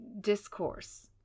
discourse